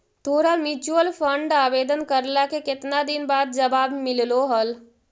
तोरा mutual fund आवेदन करला के केतना दिन बाद जवाब मिललो हल?